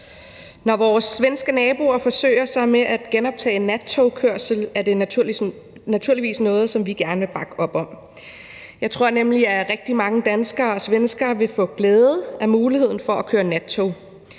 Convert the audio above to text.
Når vores svenske naboer forsøger sig med at genoptage nattogskørsel er det naturligvis noget, som vi gerne vil bakke op om. Jeg tror nemlig, at rigtig mange danskere og svenskere vil få glæde af muligheden for at køre med nattog.